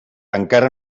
encara